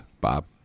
Bob